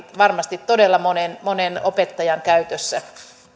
varmasti todella monen monen opettajan käytössä